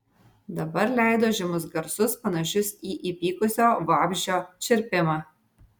dabar leido žemus garsus panašius į įpykusio vabzdžio čirpimą